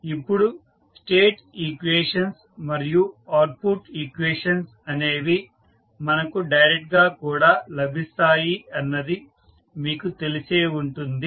ఇప్పుడు state equations మరియు output equations అనేవి మనకు డైరెక్ట్ గా కూడా లభిస్తాయి అన్నది మీకు తెలిసే ఉంటుంది